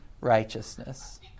righteousness